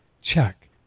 check